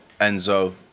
Enzo